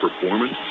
performance